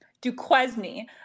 Duquesne